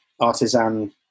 artisan